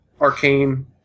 arcane